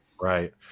Right